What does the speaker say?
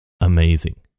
amazing